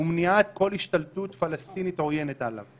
ומניעת כל השתלטות פלסטינית עוינת עליו;